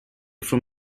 from